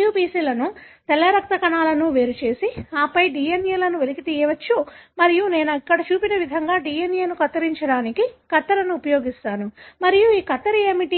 WBC లను తెల్ల రక్త కణాలను వేరుచేసి ఆపై DNA ను వెలికి తీయవచ్చు మరియు నేను ఇక్కడ చూపిన విధంగా DNA ను కత్తిరించడానికి కత్తెరను ఉపయోగిస్తాను మరియు ఈ కత్తెర ఏమిటి